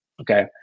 okay